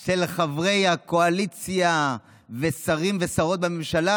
של חברי הקואליציה ושרים ושרות בממשלה: